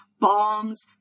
bombs